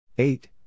Eight